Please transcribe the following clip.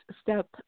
step